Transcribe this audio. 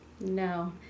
no